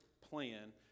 plan